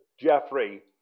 Jeffrey